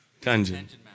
Tangent